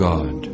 God